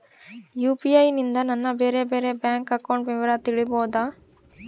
UPI ನಿಂದ ನನ್ನ ಬೇರೆ ಬೇರೆ ಬ್ಯಾಂಕ್ ಅಕೌಂಟ್ ವಿವರ ತಿಳೇಬೋದ?